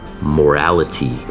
morality